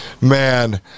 Man